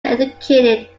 educated